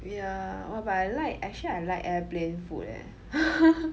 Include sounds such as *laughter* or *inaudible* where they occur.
yeah !wah! but I like actually I like airplane food leh *laughs*